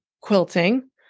quilting